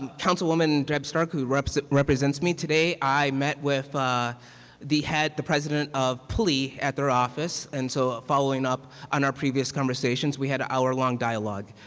councilwoman deb stark who represents represents me today, i met with the head, the president of plea at their office, and so following up on our previous conversations we had an hour-long dialogue.